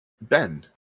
Ben